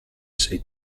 sei